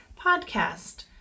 podcast